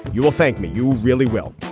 you will thank me. you really will.